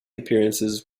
appearances